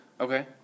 Okay